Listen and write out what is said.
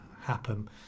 happen